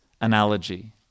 analogy